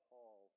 Paul